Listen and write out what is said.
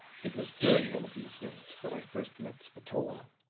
it was during one of these visits that i first met spatola